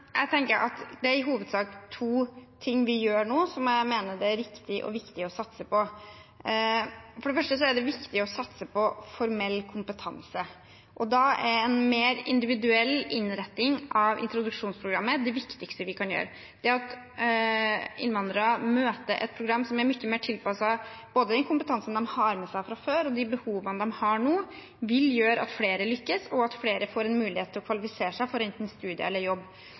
satse på. For det første er det viktig å satse på formell kompetanse. En mer individuell innretning av introduksjonsprogrammet er det viktigste vi kan gjøre. At innvandrere møter et program som er mye mer tilpasset både den kompetansen de har med seg fra før og de behovene de har nå, vil gjøre at flere vil lykkes, og at flere får en mulighet til å kvalifisere seg enten til studier eller til jobb.